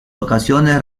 ocasiones